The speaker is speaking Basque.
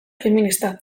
feminista